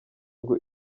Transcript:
ngo